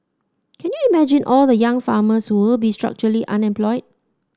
can you imagine all the young farmers who will be structurally unemployed